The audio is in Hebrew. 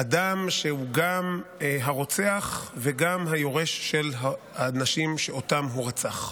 אדם שהוא גם הרוצח וגם היורש של האנשים שאותם הוא רצח.